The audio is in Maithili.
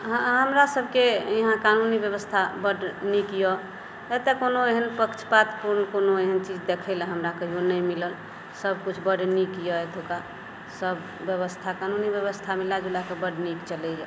हमरा सबके यहाँ क़ानूनी व्यवस्था बड्ड नीक यऽ एतऽ कोनो एहेन पक्षपात कोनो एहेन चीज देखै लऽ हमरा कहियो नहि मिलल सबकिछु बड्ड नीक यऽ एतुका सब व्यवस्था क़ानूनी व्यवस्था मिलाजुला कऽ बड्ड नीक चलैया